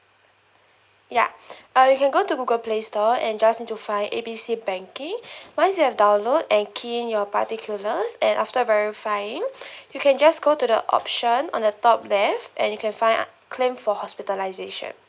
ya uh you can go to google play store and just try to find A B C banking once you have download and key in your particulars and after verifying you can just go to the option on the top left and you can find claim for hospitalisation